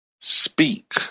speak